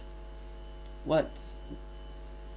what's